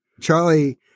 Charlie